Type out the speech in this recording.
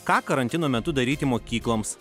ką karantino metu daryti mokykloms